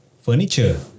furniture